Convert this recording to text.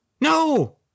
No